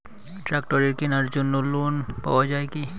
ট্রাক্টরের কেনার জন্য লোন পাওয়া যায় কি?